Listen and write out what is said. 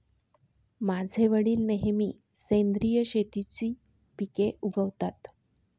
माझे वडील नेहमी सेंद्रिय शेतीची पिके उगवतात